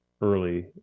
early